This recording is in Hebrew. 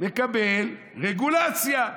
מקבל רגולציה,